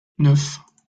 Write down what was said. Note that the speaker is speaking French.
neuf